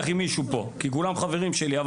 עם מישהו פה כי כולם חברים שלי פה.